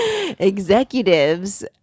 Executives